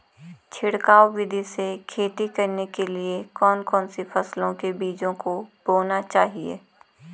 छिड़काव विधि से खेती करने के लिए कौन कौन सी फसलों के बीजों को बोना चाहिए?